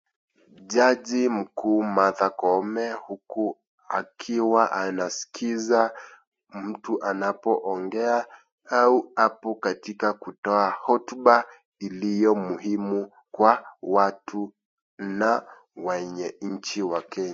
Jaji mkuu Martha Koome huku akiwa anaskiza mtu anapoongea au apo katika kutoa hotuba iliyo muhimu kwa watu na wananchi wa Kenya.